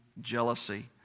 jealousy